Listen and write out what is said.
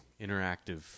interactive